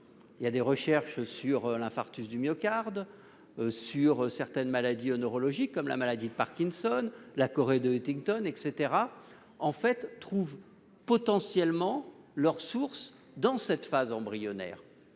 pense aux recherches sur l'infarctus du myocarde et sur certaines maladies neurologiques, comme la maladie de Parkinson ou la chorée de Huntington -trouvent potentiellement leur origine dans cette phase embryonnaire.